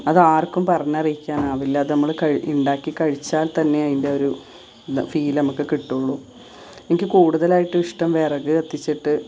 അത് ആർക്കും പറഞ്ഞറിയിക്കാനാവില്ല അത് നമ്മൾ ഉണ്ടാക്കി കഴിച്ചാൽതന്നെ അതിൻ്റെയൊരു ഫീല് നമുക്ക് കിട്ടുള്ളൂ എനിക്ക് കൂടുതലായിട്ടും ഇഷ്ടം വിറക് കത്തിച്ചിട്ട്